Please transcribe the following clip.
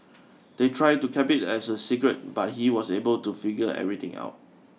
they tried to keep it as a secret but he was able to figure everything out